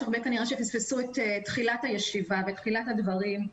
יש כנראה הרבה שפספסו את תחילת הישיבה ותחילת הדברים,